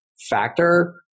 factor